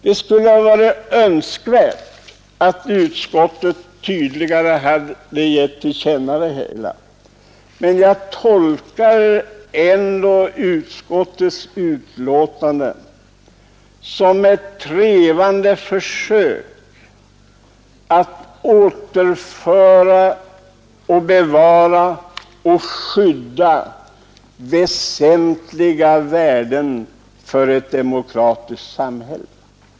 Det hade varit önskvärt att utskottet tydligare beskrivit hur det verkligen har gått till, men jag tolkar ändå utskottets betänkande som ett trevande försök att återföra, bevara och skydda värden som är väsentliga för ett demokratiskt samhälle.